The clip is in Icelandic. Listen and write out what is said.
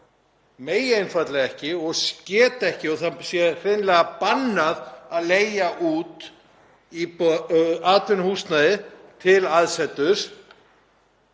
megi einfaldlega ekki og geti ekki og það sé hreinlega bannað að leigja út íbúð eða atvinnuhúsnæði til aðseturs